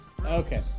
okay